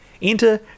Enter